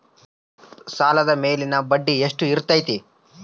ಸಾಲದ ಮೇಲಿನ ಬಡ್ಡಿ ಎಷ್ಟು ಇರ್ತೈತೆ?